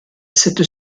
cette